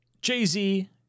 Jay-Z